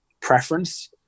preference